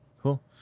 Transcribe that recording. Cool